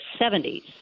70s